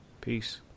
Peace